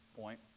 point